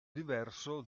diverso